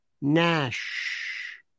NASH